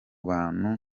bantu